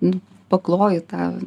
nu pakloji tą